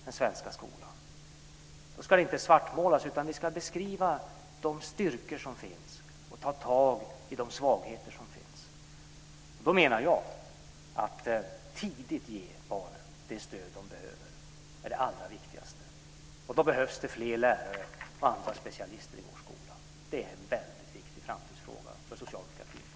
Då ska den inte svartmålas, utan vi ska beskriva de styrkor som finns och ta tag i de svagheter som finns. Det viktigaste är att barnen tidigt ges det stöd de behöver. Då behövs fler lärare och specialister i vår skola. Det är en väldigt viktig framtidsfråga för socialdemokratin.